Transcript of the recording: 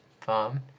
farm